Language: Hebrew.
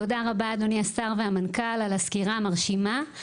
תודה רבה אדוני השר והמנכ"ל, על הסקירה המרשימה.